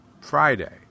Friday